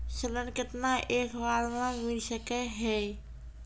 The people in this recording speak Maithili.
ऋण केतना एक बार मैं मिल सके हेय?